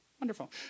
wonderful